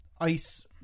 ice